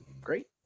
Great